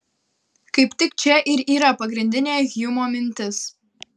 kaip tik čia ir yra pagrindinė hjumo mintis